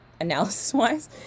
analysis-wise